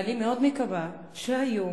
אני מאוד מקווה שהיום,